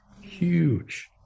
huge